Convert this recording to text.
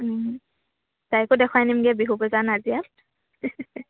তাইকো দেখুৱাই আনিমগৈ বিহু বজাৰ নাজিয়াত